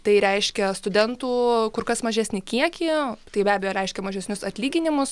tai reiškia studentų kur kas mažesnį kiekį tai be abejo reiškia mažesnius atlyginimus